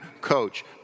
coach